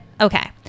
Okay